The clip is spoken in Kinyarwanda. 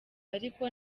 ariko